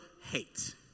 hate